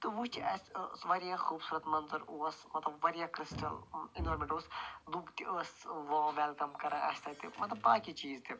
تہٕ وُچھ اسہِ ٲں سُہ واریاہ خوٗبصوٗرت مَنظر اوس مطلب واریاہ کرٛسٹٕل ایٚنوارنمیٚنٛٹ اوس لوٗکھ تہِ ٲسۍ وارٕم ویٚلکَم کران اسہِ تَتہِ مطلب باقٕے چیٖز تہِ